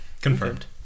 Confirmed